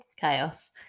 Chaos